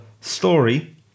story